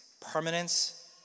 permanence